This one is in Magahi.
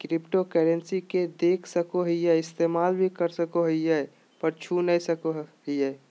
क्रिप्टोकरेंसी के देख सको हीयै इस्तेमाल भी कर सको हीयै पर छू नय सको हीयै